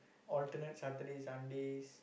alternate Saturday Sundays